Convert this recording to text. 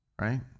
Right